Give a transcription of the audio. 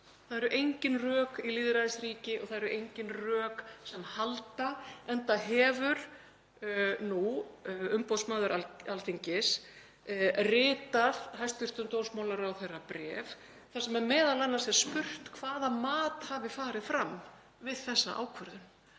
Það eru engin rök í lýðræðisríki og það eru engin rök sem halda, enda hefur nú umboðsmaður Alþingis ritað hæstv. dómsmálaráðherra bréf þar sem m.a. er spurt hvaða mat hafi farið fram við þessa ákvörðun.